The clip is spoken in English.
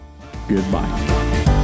Goodbye